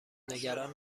نگران